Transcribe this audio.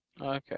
Okay